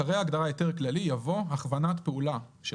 אחרי ההגדרה "היתר כללי" יבוא: "הכוונת פעולה",